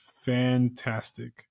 Fantastic